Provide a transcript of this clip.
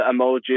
emojis